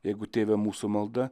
jeigu tėve mūsų malda